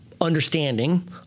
understanding